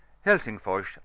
Helsingfors